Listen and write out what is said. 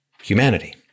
humanity